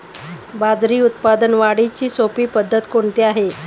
बाजरी उत्पादन वाढीची सोपी पद्धत कोणती आहे?